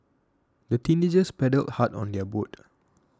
the teenagers paddled hard on their boat